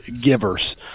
givers